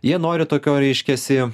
jie nori tokio reiškiasi